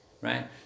right